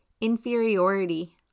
inferiority